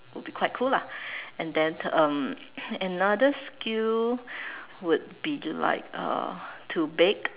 would be quite cool lah and then um another skill would be to like uh to bake